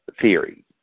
theory